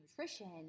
nutrition